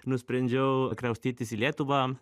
nusprendžiau kraustytis į lietuvą